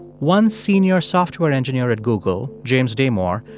one senior software engineer at google, james damore,